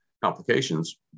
complications